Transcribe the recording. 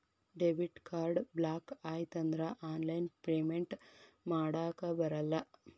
debit card block ಆಯ್ತಂದ್ರ online payment ಮಾಡಾಕಬರಲ್ಲ